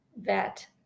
vet